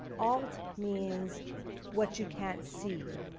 alt means what you can't see.